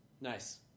Nice